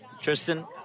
Tristan